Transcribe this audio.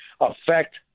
affect